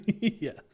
yes